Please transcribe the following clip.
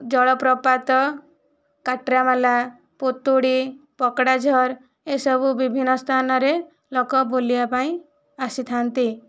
ଜଳପ୍ରପାତ କାଟରାମାଲା ପୁତୁଡ଼ି ପକଡ଼ାଝର ଏସବୁ ବିଭିନ୍ନ ସ୍ଥାନରେ ଲୋକ ବୁଲିବା ପାଇଁ ଆସିଥାନ୍ତି